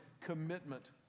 commitment